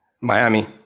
Miami